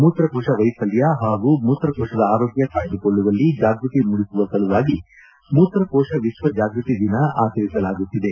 ಮೂತ್ರಕೋಶ ವೈಫಲ್ಯ ಪಾಗೂ ಮೂತ್ರಕೋಶದ ಆರೋಗ್ಯ ಕಾಯ್ದುಕೊಳ್ಳುವಲ್ಲಿ ಜಾಗೃತಿ ಮೂಡಿಸುವ ಸಲುವಾಗಿ ಮೂತ್ರಕೋಶ ವಿಶ್ವ ಜಾಗೃತಿ ದಿನ ಆಚರಿಸಲಾಗುತ್ತಿದೆ